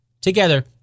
Together